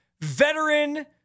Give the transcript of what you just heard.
Veteran